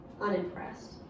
unimpressed